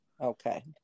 Okay